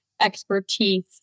expertise